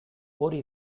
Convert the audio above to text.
hori